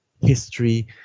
history